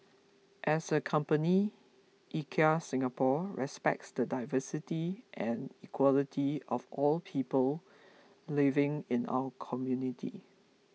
as a company IKEA Singapore respects the diversity and equality of all people living in our community